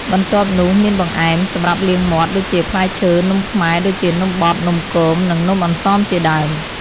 បន្ទាប់នោះមានបង្អែមសម្រាប់លាងមាត់ ដូចជាផ្លែឈើ នំខ្មែរ ដូចជានំបត់ នំគម និងនំអន្សមជាដើម។